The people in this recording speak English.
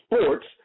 sports